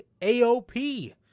AOP